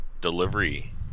delivery